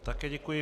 Také děkuji.